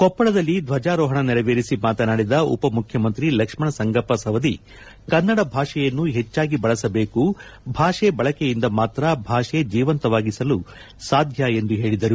ಕೊಪ್ಪಳದಲ್ಲಿ ದ್ವಜಾರೋಹಣ ನೆರವೇರಿಸಿ ಮಾತನಾಡಿದ ಉಪಮುಖ್ಡಮಂತ್ರಿ ಲಕ್ಷ್ಣ ಸಂಗಪ್ಪ ಸವದಿ ಕನ್ನಡ ಭಾಷೆಯನ್ನು ಹೆಚ್ಚಾಗಿ ಬಳಸಬೇಕು ಭಾಷೆ ಬಳಕೆಯಿಂದ ಮಾತ್ರ ಭಾಷೆ ಜೀವಂತವಾಗಿರಲು ಸಾಧ್ಯ ಎಂದು ಹೇಳಿದರು